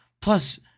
Plus